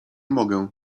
mogę